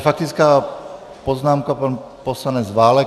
Faktická poznámka pan poslanec Válek.